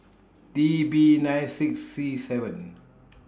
T B nine six C seven